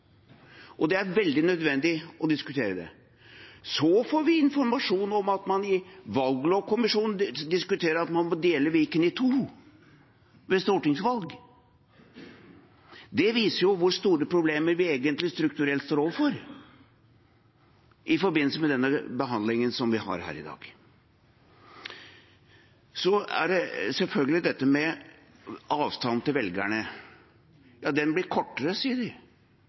og det er veldig nødvendig å diskutere det. Så får vi informasjon om at man i valglovkommisjonen diskuterer at man må dele Viken i to ved stortingsvalg. Det viser hvor store problemer vi egentlig strukturelt står overfor i forbindelse med denne behandlingen som vi har her i dag. Så er det selvfølgelig det med avstand til velgerne. Den blir kortere, sier de.